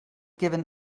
given